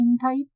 type